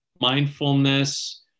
mindfulness